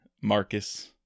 Marcus